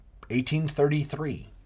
1833